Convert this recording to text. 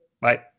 Bye